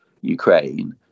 Ukraine